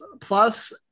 plus